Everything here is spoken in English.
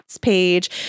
page